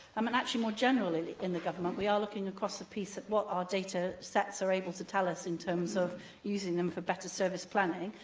um and, actually, more generally in the government, we are looking across the piece at what our data sets are able to tell us in terms of using them for better service planning,